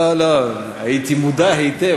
לא, הייתי מודע היטב.